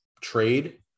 trade